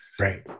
Right